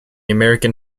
american